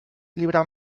llibre